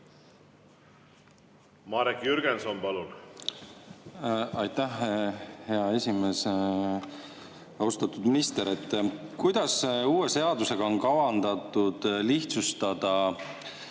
Marek Jürgenson, palun! Aitäh, hea esimees! Austatud minister! Kuidas uue seaduse kohaselt on kavandatud lihtsustada